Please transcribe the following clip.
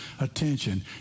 attention